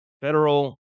Federal